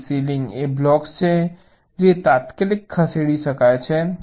તેથી સીલિંગ એ બ્લોક છે જે તાત્કાલિક ખસેડી શકાય છે